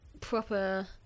proper